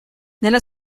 nella